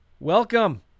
Welcome